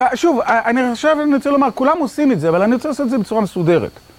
שוב, אני עכשיו... אני רוצה לומר, כולם עושים את זה, אבל אני רוצה לעשות את זה בצורה מסודרת.